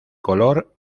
color